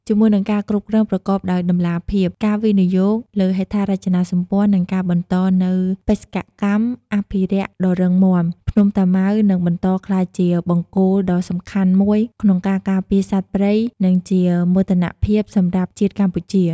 ជាមួយនឹងការគ្រប់គ្រងប្រកបដោយតម្លាភាព ការវិនិយោគលើហេដ្ឋារចនាសម្ព័ន្ធ និងការបន្តនូវបេសកកម្មអភិរក្សដ៏រឹងមាំ ភ្នំតាម៉ៅនឹងបន្តក្លាយជាបង្គោលដ៏សំខាន់មួយក្នុងការការពារសត្វព្រៃ និងជាមោទនភាពសម្រាប់ជាតិកម្ពុជា។